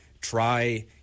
try